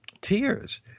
Tears